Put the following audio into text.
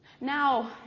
Now